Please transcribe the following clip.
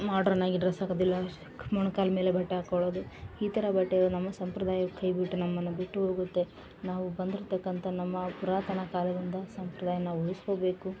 modern ಆಗಿ dress ಹಾಕೊದಿಲ್ಲ ಮೊಣ್ಕಾಲು ಮೇಲೆ ಬಟ್ಟೆ ಹಾಕೊಳ್ಳೋದು ಈ ಥರ ಬಟ್ಟೆ ನಮ್ಮ ಸಂಪ್ರದಾಯ ಕೈ ಬಿಟ್ಟು ನಮ್ಮನ್ನು ಬಿಟ್ಟು ಹೋಗುತ್ತೆ ನಾವು ಬಂದಿರ್ತಕ್ಕಂಥ ನಮ್ಮ ಪುರಾತನ ಕಾಲದಿಂದ ಸಂಪ್ರದಾಯನ ಉಳಿಸ್ಕೊಬೇಕು